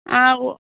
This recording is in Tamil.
ஆ ஓ